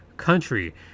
country